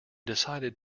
decided